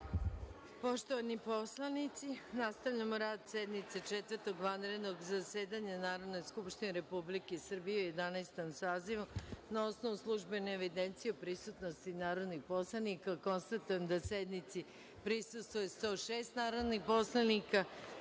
Poštovani poslanici, nastavljamo rad sednice Četvrtog vanrednog zasedanja Narodne skupštine Republike Srbije u Jedanaestom sazivu. Na osnovu službene evidencije o prisutnosti narodnih poslanika, konstatujem da sednici prisustvuje 106 narodnih poslanika. Radi